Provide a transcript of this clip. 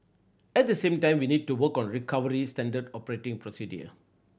at the same time we need to work on recovery standard operating procedure